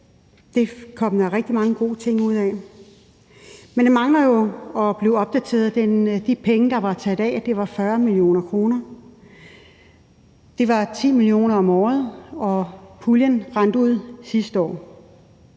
det kom der rigtig mange gode ting ud af. Men det mangler jo at blive opdateret. De penge, der var sat af, var 40 mio. kr., det var 10 mio. kr. om året, og puljen randt ud sidste år.